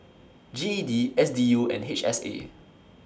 G E D S D U and H S A